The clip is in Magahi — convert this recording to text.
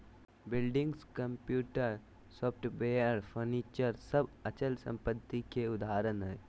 बिल्डिंग्स, कंप्यूटर, सॉफ्टवेयर, फर्नीचर सब अचल संपत्ति के उदाहरण हय